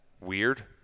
weird